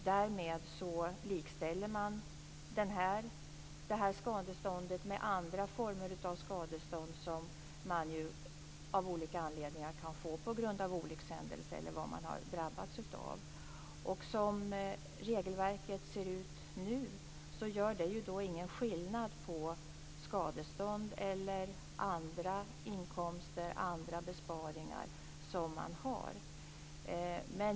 Därmed likställs det skadeståndet med andra former av skadestånd som man av olika anledningar kan få på grund av olyckshändelse eller vad man nu har drabbats av. Som regelverket ser ut nu görs det ingen skillnad på skadestånd eller andra inkomster och andra besparingar som man har.